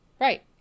right